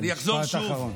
משפט אחרון.